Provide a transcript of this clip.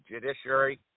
judiciary